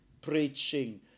preaching